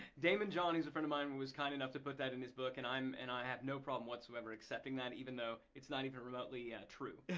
damon john, who's a friend of mine, was kind enough to put that in his book and and i have no problem whatsoever accepting that, even though it's not even remotely and true.